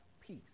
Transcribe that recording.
peace